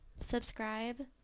Subscribe